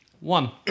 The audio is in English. One